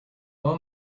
all